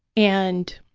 and